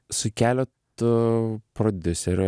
su keletu prodiuserių